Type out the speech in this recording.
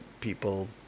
people